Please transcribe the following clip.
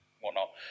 whatnot